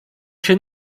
się